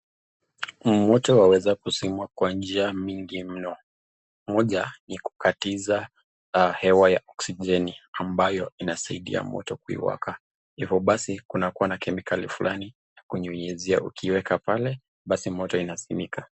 Moto waweza kuzimwa kwa njia nyingi mno, moja ni kukatiza hewa ya oksijeni ambayo inasaidia moto kuiwaka, hivyo basi kuna kemikali fulani ya kunyunyizia, ukiweka pale basi moto inazimika.